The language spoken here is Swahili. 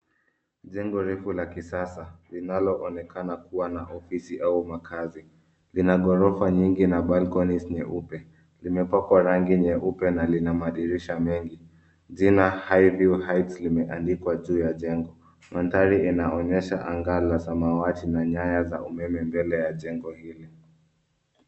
Jengo kubwa la kisasa linaloonekana kuwa na ofisi au makazi. Lina ghorofa nyingi na balconies nyeupe. Limepakwa rangi nyeupe na lina madirisha mengi. Jina Highview Heights limeandikwa juu ya jengo. Mandhari inaonesha anga la samawati na nyaya za umeme mbele ya jengo hili.